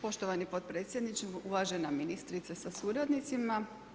Poštovani predsjedniče, uvažena ministrice sa suradnicima.